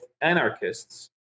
anarchists